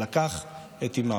ולקח את אימם.